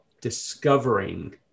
discovering